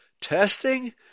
testing